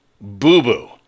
boo-boo